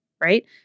right